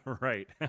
Right